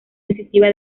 decisiva